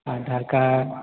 Aadhaar card